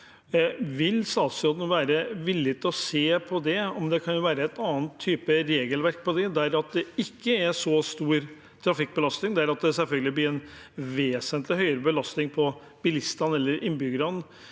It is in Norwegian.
Vil statsråden være villig til å se på om det kan være en annen type regelverk på det – der det ikke er så stor trafikkbelastning, men der det selvfølgelig blir en vesentlig høyere belastning på bilistene eller innbyggerne